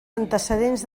antecedents